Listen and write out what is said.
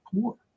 poor